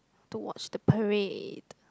to watch the parade